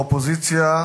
האופוזיציה,